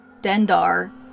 Dendar